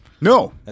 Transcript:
No